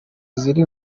ziri